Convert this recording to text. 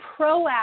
proactive